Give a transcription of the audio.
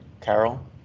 Carol